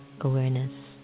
awareness